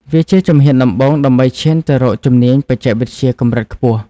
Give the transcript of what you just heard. វាជាជំហានដំបូងដើម្បីឈានទៅរកជំនាញបច្ចេកវិទ្យាកម្រិតខ្ពស់។